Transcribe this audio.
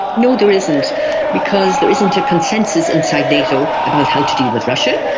no, there isn't because there isn't a consensus inside nato about how to deal with russia,